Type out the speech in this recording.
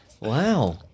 Wow